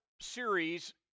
series